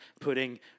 putting